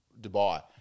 Dubai